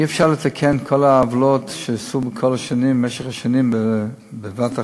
אי-אפשר לתקן את כל העוולות שעשו במשך השנים בבת אחת.